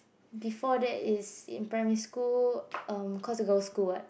before that is in primary school erm cause we girls' school [what]